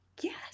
Yes